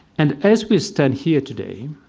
and as we stand here today,